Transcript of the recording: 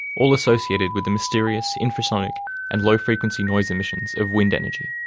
all associated with the mysterious infrasonic and low-frequency noise emissions of wind energy.